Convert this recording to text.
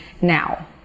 now